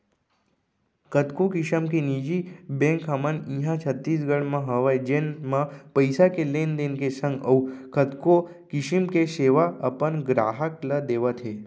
कतको किसम के निजी बेंक हमन इहॉं छत्तीसगढ़ म हवय जेन म पइसा के लेन देन के संग अउ कतको किसम के सेवा अपन गराहक ल देवत हें